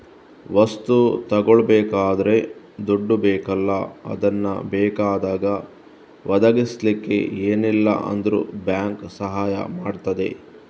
ವಸ್ತು ತಗೊಳ್ಬೇಕಾದ್ರೆ ದುಡ್ಡು ಬೇಕಲ್ಲ ಅದನ್ನ ಬೇಕಾದಾಗ ಒದಗಿಸಲಿಕ್ಕೆ ಏನಿಲ್ಲ ಅಂದ್ರೂ ಬ್ಯಾಂಕು ಸಹಾಯ ಮಾಡ್ತದೆ